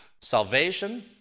Salvation